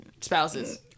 spouses